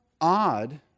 odd